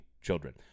children